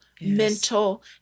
mental